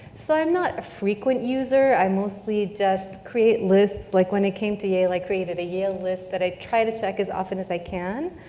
so i'm not a frequent user, i mostly just create lists, like when i came to yale, i created a yale list that i try to check as often as i can.